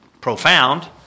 profound